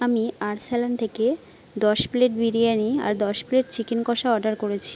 আমি আর্সালান থেকে দশ প্লেট বিরিয়ানি আর দশ প্লেট চিকেন কষা অর্ডার করেছি